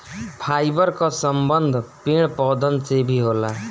fibre कअ संबंध पेड़ पौधन से भी होला